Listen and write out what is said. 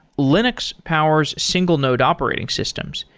linux powers single node operating systems,